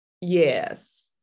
yes